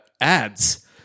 ads